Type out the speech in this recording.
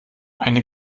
eine